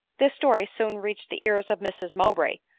this story soon reached the ears of mrs mowbray,